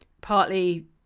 partly